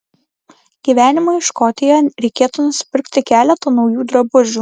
gyvenimui škotijoje reikėtų nusipirkti keletą naujų drabužių